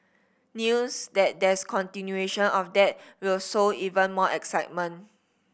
news that there's continuation of that will sow even more excitement